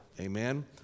Amen